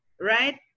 right